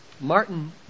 Martin